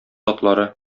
атлары